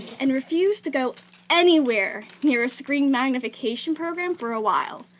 and refused to go anywhere near a screen magnification program for a while.